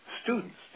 Students